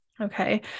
Okay